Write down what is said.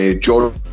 George